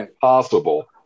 possible